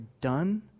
done